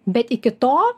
bet iki to